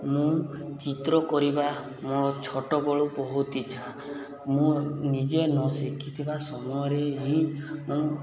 ମୁଁ ଚିତ୍ର କରିବା ମୋର ଛୋଟବେଳୁ ବହୁତ ଇଚ୍ଛା ମୁଁ ନିଜେ ନ ଶିଖିଥିବା ସମୟରେ ହିଁ ମୁଁ